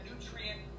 nutrient